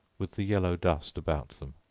with the yellow dust about them.